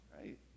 right